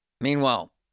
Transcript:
Meanwhile